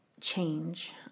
change